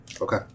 Okay